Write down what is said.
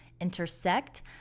intersect